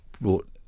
brought